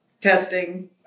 testing